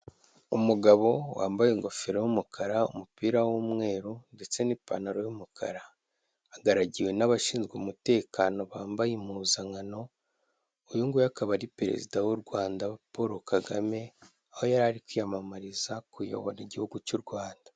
Umugabo wambaye ingofero y'umukara umupira w'umweru ndetse n'ipantaro y'umukara, ahagaragiwe n'abashinzwe umutekano bambaye impuzankano, uyu nguyu akaba ari perezida w'u Rwanda Paul Kagame, aho yari kwiyamamariza kuyobora igihugu cy'u Rwanda.